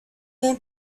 man